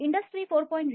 industry 4